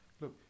Look